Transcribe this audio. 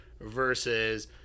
versus